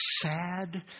sad